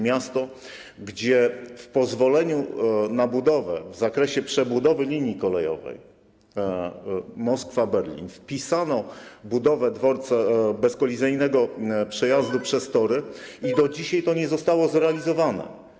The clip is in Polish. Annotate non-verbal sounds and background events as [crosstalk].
Miasto, gdzie w pozwoleniu na budowę w zakresie przebudowy linii kolejowej Moskwa - Berlin wpisano budowę dworca bezkolizyjnego przejazdu [noise] przez tory i do dzisiaj to nie zostało zrealizowane.